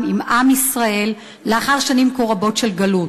עם עם ישראל לאחר שנים כה רבות של גלות.